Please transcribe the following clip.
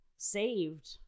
Saved